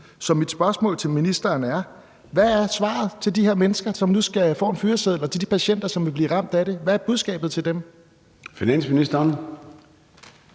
Så mit spørgsmål til ministeren er: Hvad er svaret til de her mennesker, som nu får en fyreseddel, og til de patienter, som vil blive ramt af det? Hvad er budskabet til dem? Kl.